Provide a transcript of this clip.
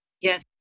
Yes